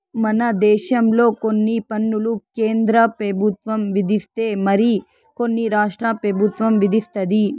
మన దేశంలో కొన్ని పన్నులు కేంద్ర పెబుత్వం విధిస్తే మరి కొన్ని రాష్ట్ర పెబుత్వం విదిస్తది